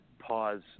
pause